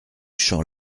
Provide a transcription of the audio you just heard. champ